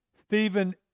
Stephen